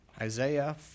Isaiah